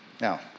Now